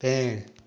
पेड़